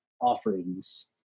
offerings